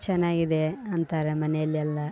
ಚೆನ್ನಾಗಿದೆ ಅಂತಾರೆ ಮನೆಯಲ್ಲೆಲ್ಲ